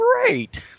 great